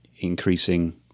increasing